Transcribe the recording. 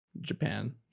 japan